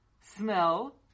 smell